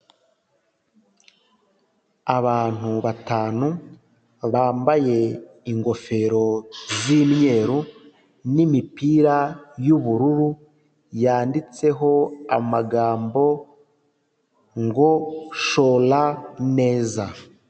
Abantu batanu bambaye ingofero z'imyeru n'imipira y'ubururu, yanditseho amagambo ngo shora neza.